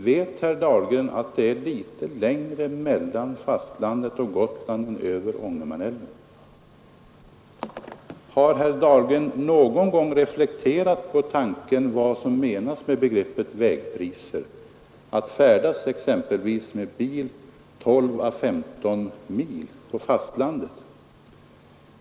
Vet herr Dahlgren att det är litet längre mellan fastlandet och Gotland än över Ångermanälven? Har herr Dahlgren någon gång reflekterat över vad som menas med begreppet vägpriser när det gäller att färdas exempelvis med bil 12—15 mil på fastlandet?